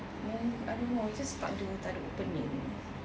then I don't know it just tak ada tak ada opening